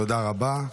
תודה רבה.